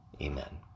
Amen